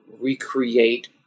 recreate